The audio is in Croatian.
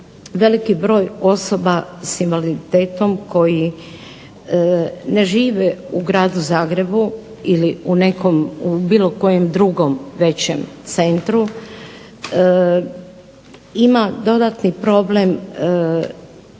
veliki broj osoba s invaliditetom koji ne žive u Gradu Zagrebu ili u nekom, u bilo kojem drugom većem centru ima dodatni problem